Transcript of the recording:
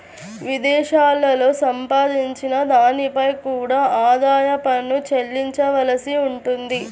విదేశాలలో సంపాదించిన దానిపై కూడా ఆదాయ పన్ను చెల్లించవలసి ఉంటుంది